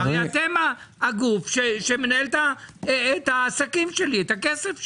הרי אתם הגוף שמנהל את העסקים שלי, את הכסף שלי.